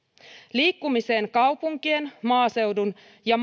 liikkumiseen kaupunkien maaseudun ja